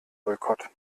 boykott